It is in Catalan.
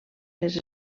les